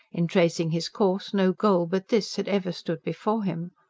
in tracing his course, no goal but this had ever stood before him.